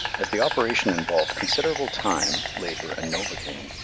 as the operation involved considerable time, labour, and novocaine,